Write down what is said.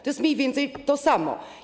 To jest mniej więcej to samo.